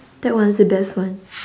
that one's the best one